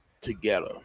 together